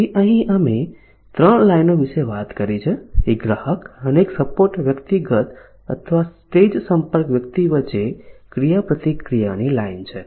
તેથી અહીં અમે 3 લાઇનો વિશે વાત કરી છે એક ગ્રાહક અને સપોર્ટ વ્યક્તિગત અથવા સ્ટેજ સંપર્ક વ્યક્તિ વચ્ચે ક્રિયાપ્રતિક્રિયાની લાઇન છે